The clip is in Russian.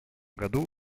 году